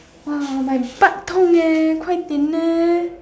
!wah! my butt 痛 leh 快点 leh